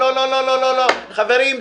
חברים,